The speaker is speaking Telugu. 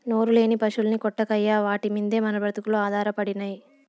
నోరులేని పశుల్ని కొట్టకయ్యా వాటి మిందే మన బ్రతుకులు ఆధారపడినై